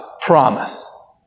promise